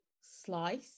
slice